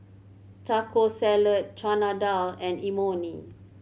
Taco Salad Chana Dal and Imoni